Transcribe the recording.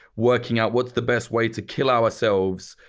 working out what's the best way to kill ourselves,